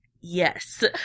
yes